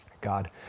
God